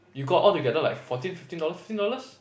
you got altogether like fourteen fifteen fifteen dollars